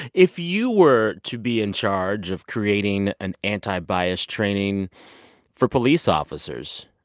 if you were to be in charge of creating an anti-bias training for police officers,